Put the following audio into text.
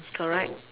it's correct